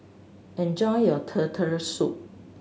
enjoy your Turtle Soup